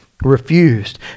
refused